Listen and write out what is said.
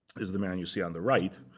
is the man you see on the right.